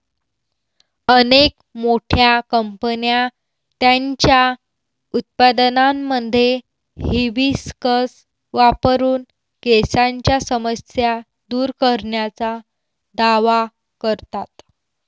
अनेक मोठ्या कंपन्या त्यांच्या उत्पादनांमध्ये हिबिस्कस वापरून केसांच्या समस्या दूर करण्याचा दावा करतात